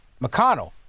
McConnell